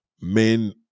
men